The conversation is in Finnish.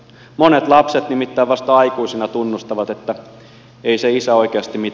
monet lapset nimittäin vasta aikuisena tunnustavat että ei siis oikeesti mit